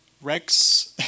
Rex